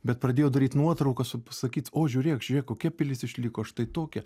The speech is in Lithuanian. bet pradėjo daryt nuotraukas su sakyt o žiūrėk žiūrėk kokia pilis išliko štai tokia